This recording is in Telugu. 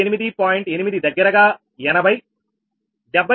8 దగ్గరగా 80 78